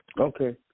Okay